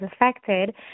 affected